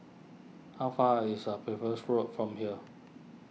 how far is a Percival Road from here